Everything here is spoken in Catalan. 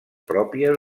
pròpies